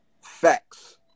facts